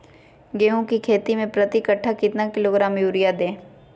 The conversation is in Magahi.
गेंहू की खेती में प्रति कट्ठा कितना किलोग्राम युरिया दे?